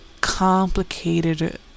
complicated